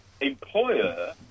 employer